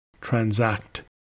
Transact